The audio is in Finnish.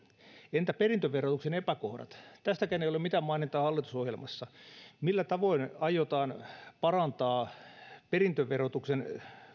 entä perintöverotuksen epäkohdat tästäkään ei ole mitään mainintaa hallitusohjelmassa millä tavoin aiotaan parantaa perintöverotuksen